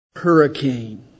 hurricane